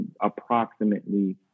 approximately